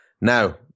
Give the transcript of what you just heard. now